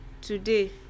Today